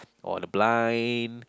or the blind